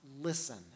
listen